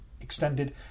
extended